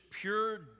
pure